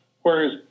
Whereas